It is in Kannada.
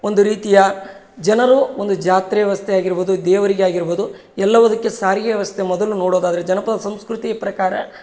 ಒಂದು ರೀತಿಯ ಜನರು ಒಂದು ಜಾತ್ರೆ ವ್ಯವಸ್ಥೆ ಆಗಿರ್ಬೋದು ದೇವರಿಗೆ ಆಗಿರ್ಬೋದು ಎಲ್ಲವುದಕ್ಕೆ ಸಾರಿಗೆ ವ್ಯವಸ್ಥೆ ಮೊದಲು ನೋಡೋದಾದ್ರೆ ಜನಪದ ಸಂಸ್ಕೃತಿ ಪ್ರಕಾರ